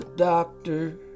doctor